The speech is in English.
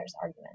argument